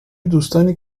دوستانی